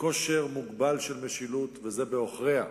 מכושר מוגבל של משילות, וזה בעוכריה.